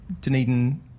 Dunedin